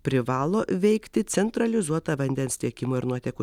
privalo veikti centralizuota vandens tiekimo ir nuotekų